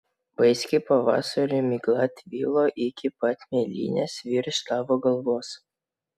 vaiski pavasario migla tvylo iki pat mėlynės virš tavo galvos